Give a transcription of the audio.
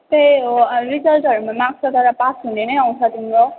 त्यही हो रिजल्टहरूमा त मार्क्स त तर पास हुने नै आउँछ तिम्रो